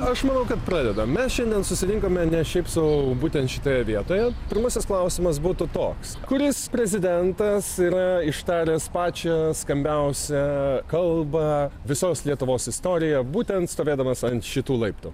aš manau kad pradedam mes šiandien susirinkome ne šiaip sau būtent šitoje vietoje pirmasis klausimas būtų toks kuris prezidentas yra ištaręs pačią skambiausią kalbą visos lietuvos istoriją būtent stovėdamas ant šitų laiptų